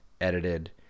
edited